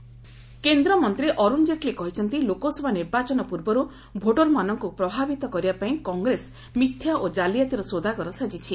ଜେଟ୍ଲି କଂଗ୍ରେସ କେନ୍ଦ୍ରମନ୍ତ୍ରୀ ଅରୁଣ ଜେଟ୍ଲି କହିଛନ୍ତି ଲୋକସଭା ନିର୍ବାଚନ ପୂର୍ବରୁ ଭୋଟର୍ମାନଙ୍କୁ ପ୍ରଭାବିତ କରିବାପାଇଁ କଂଗ୍ରେସ ମିଥ୍ୟା ଓ କାଲିଆତିର ସୌଦାଗର ସାଜିଛି